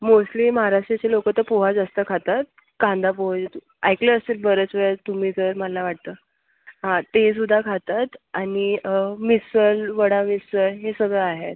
mostly महाराष्ट्राचे लोक तर पोहा जास्त खातात कांदा पोहे ऐकलं असेल बरेचं वेळा तुम्ही सर मला वाटतं हां ते सुद्धा खातात आणि मिसळवडा मिसळ हे सगळं आहे